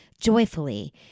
joyfully